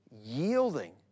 yielding